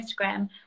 Instagram